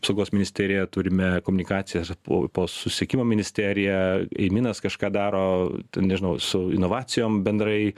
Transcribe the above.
apsaugos ministerija turime komunikacijas ir po po susisiekimo ministerija į minas kažką daro nežinau su inovacijom bendrai